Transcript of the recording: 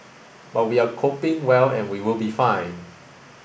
but we are coping well and we will be fine